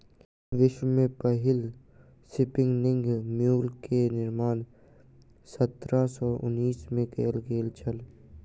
विश्व में पहिल स्पिनिंग म्यूल के निर्माण सत्रह सौ उनासी में कयल गेल छल